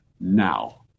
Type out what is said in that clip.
now